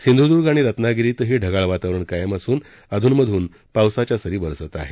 सिंधुदुर्ग आणि रत्नागिरीतही ढगाळ वातावरण कायम असून अधून मधून पावसाच्या सरी बरसत आहेत